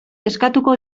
eskatuko